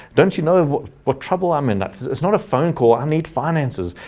don't you know what trouble i'm in that it's not a phone call. i need finances,